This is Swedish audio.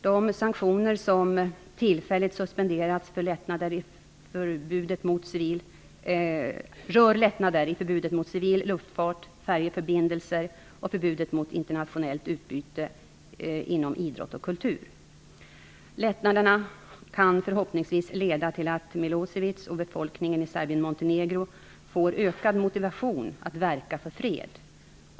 De sanktioner som tillfälligt suspenderats rör lättnader i förbudet mot civil luftfart, färjeförbindelser och förbudet mot internationellt utbyte inom idrott och kultur. Lättnaderna kan förhoppningsvis leda till att Milosevic och befolkningen i Serbien-Montenegro får ökad motivation att verka för fred.